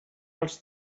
els